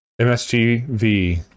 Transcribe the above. MSGV